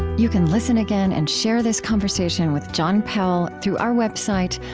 you can listen again, and share this conversation with john powell, through our website,